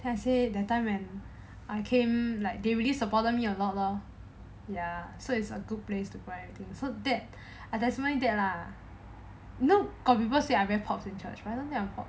then I say that time when I came like they released a bother me a lot lah ya so it's a good place to find so that attachment date lah you know got people say I very popular inside